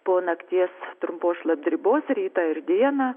po nakties trumpos šlapdribos rytą ir dieną